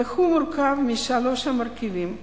והוא מורכב משלושה מרכיבים: